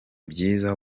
byiza